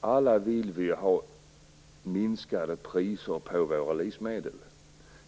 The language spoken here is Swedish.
Alla vill vi ju ha lägre priser på våra livsmedel.